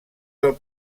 del